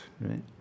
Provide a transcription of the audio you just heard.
Right